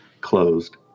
closed